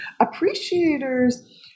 appreciators